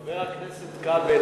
חבר הכנסת כבל,